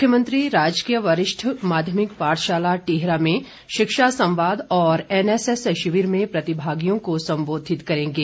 मुख्यमंत्री राजकीय वरिष्ठ माध्यमिक पाठशाला टीहरा में शिक्षा संवाद और एन एस एस शिविर में प्रतिभागियों को संबोधित करेंगे